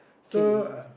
okay